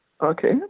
okay